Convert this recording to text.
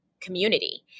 community